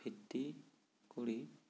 ভিত্তি কৰি